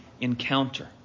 encounter